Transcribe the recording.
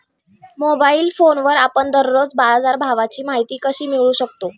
Mobile फोनवर आपण दररोज बाजारभावाची माहिती कशी मिळवू शकतो?